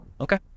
Okay